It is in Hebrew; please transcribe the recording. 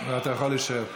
אתה יכול להישאר פה.